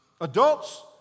Adults